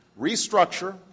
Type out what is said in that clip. restructure